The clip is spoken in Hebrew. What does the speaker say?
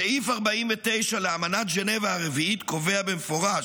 סעיף 49 לאמנת ז'נבה הרביעית קובע במפורש,